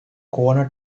corner